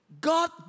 God